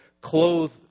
clothe